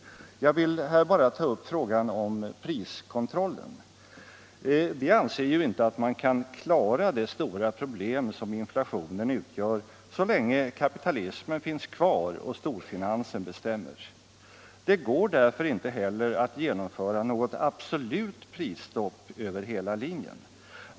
Jag vill här bara ta upp frågan om priskontrollen. Vi anser inte att man kan klara det stora problem som inflationen utgör så länge kapitalismen finns kvar och storfinansen bestämmer. Det går därför inte heller att genomföra något absolut prisstopp över hela linjen.